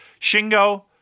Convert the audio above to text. Shingo